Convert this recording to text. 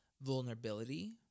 vulnerability